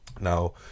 Now